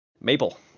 Maple